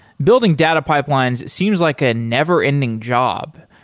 building data pipelines seems like a never-ending job,